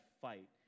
fight